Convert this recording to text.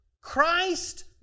Christ